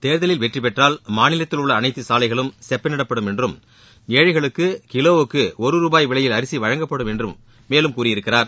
தேர்தலில் வெற்றிபெற்றால் மாநிலத்தில் உள்ள அனைத்து சாலைகளும் செப்பளிடப்படும் என்றும் ஏழைகளுக்கு கிலோவுக்கு ஒரு ரூபாய் விலையில் அரிசி வழங்கப்படும் என்று மேலும் கூறியிருக்கிறார்